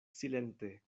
silente